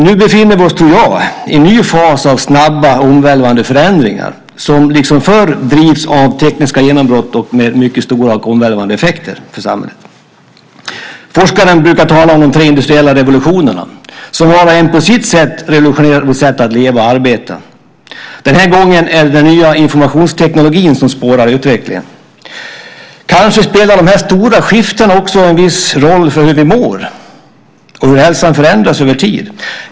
Nu befinner vi oss i en ny fas av snabba och omvälvande förändringar som liksom förr drivs av tekniska genombrott och har mycket stora och omvälvande effekter för samhället. Forskaren brukar tala om de tre industriella revolutionerna, som var och en på sitt sätt revolutionerade vårt sätt att leva och arbeta. Den här gången är det den nya informationstekniken som leder utvecklingen. Kanske spelar de här stora skiftena också en viss roll för hur vi mår och hur hälsan förändras över tid.